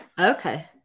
Okay